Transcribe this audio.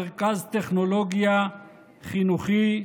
המרכז לטכנולוגיה חינוכית,